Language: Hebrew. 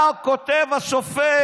מה כותב השופט?